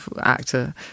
actor